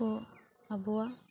ᱠᱚ ᱟᱵᱚᱣᱟᱜ